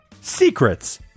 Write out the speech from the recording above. Secrets